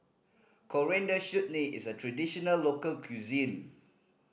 Coriander Chutney is a traditional local cuisine